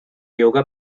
yoga